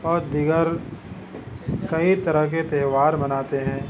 اور دیگر کئی طرح کے تیوہار مناتے ہیں